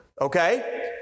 okay